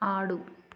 ఆడు